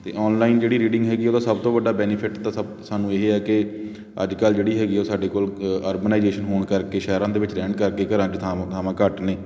ਅਤੇ ਔਨਲਾਈਨ ਜਿਹੜੀ ਰੀਡਿੰਗ ਹੈਗੀ ਉਹਦਾ ਸਭ ਤੋਂ ਵੱਡਾ ਬੈਨੀਫਿਟ ਤਾਂ ਸਾ ਸਾਨੂੰ ਇਹ ਹੈ ਕਿ ਅੱਜ ਕੱਲ੍ਹ ਜਿਹੜੀ ਹੈਗੀ ਉਹ ਸਾਡੇ ਕੋਲ ਅਰਬਨਾਈਜੇਸ਼ਨ ਹੋਣ ਕਰਕੇ ਸ਼ਹਿਰਾਂ ਦੇ ਵਿੱਚ ਰਹਿਣ ਕਰਕੇ ਘਰਾਂ 'ਚ ਥਾਂਵੋਂ ਥਾਂਵਾਂ ਘੱਟ ਨੇ